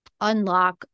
unlock